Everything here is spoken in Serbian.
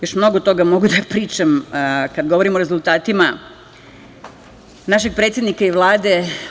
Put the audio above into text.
Još mnogo toga mogu da pričam kada govorim o rezultatima našeg predsednika i Vlade.